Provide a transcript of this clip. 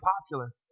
popular